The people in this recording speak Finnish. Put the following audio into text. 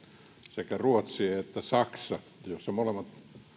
sekä ruotsi että saksa ovat molemmat